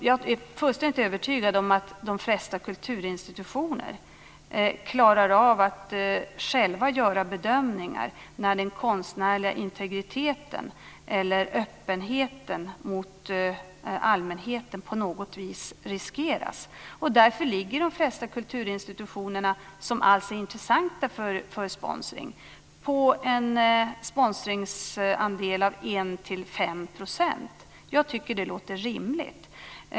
Jag är fullständigt övertygad om att de flesta kulturinstitutioner klarar av att själva göra bedömningen när den konstnärliga integriteten eller öppenheten mot allmänheten på något vis riskeras. Därför ligger de flesta kulturinstitutionerna som alls är intressanta för sponsring på en sponsringsandel på 1-5 %. Jag tycker att det låter rimligt.